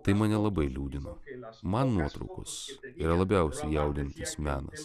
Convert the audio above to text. tai mane labai liūdino man nuotraukos yra labiausiai jaudinantis menas